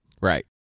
Right